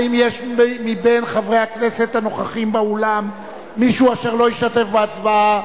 האם יש בין חברי הכנסת הנוכחים באולם מישהו אשר לא השתתף בהצבעה?